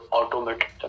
automatic